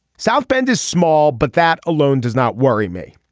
south bend is small but that alone does not worry me.